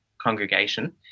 congregation